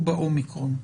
באומיקרון.